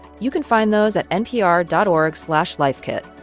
you can find those at npr dot org slash lifekit.